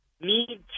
need